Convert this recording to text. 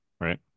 right